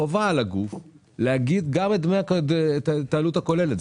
חובה על הגוף להגיד גם את העלות הכוללת.